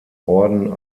orden